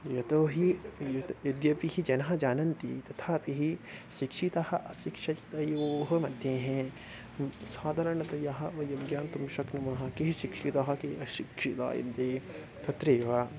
यतो हि यत् यद्यपि जनाः जानन्ति तथापि शिक्षित अशिक्षितयोः मध्ये साधारणतया वयं ज्ञातुं शक्नुमः के शिक्षिताः के अशिक्षिताः इति तत्रैव